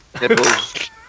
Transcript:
nipples